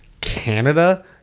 Canada